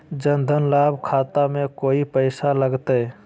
जन धन लाभ खाता में कोइ पैसों लगते?